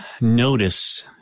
notice